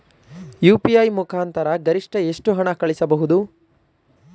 UPI ಮುಖಾಂತರ ಗರಿಷ್ಠ ಎಷ್ಟು ಹಣ ಕಳಿಸಬಹುದು?